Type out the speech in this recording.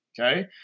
okay